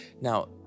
Now